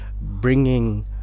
bringing